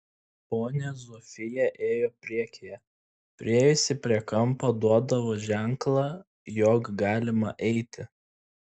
ponia zofija ėjo priekyje priėjusi prie kampo duodavo ženklą jog galima eiti